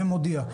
ומודיע.